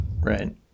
Right